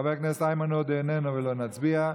חבר הכנסת איימן עודה איננו ולא נצביע,